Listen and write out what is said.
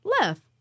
left